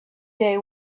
day